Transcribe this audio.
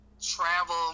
Travel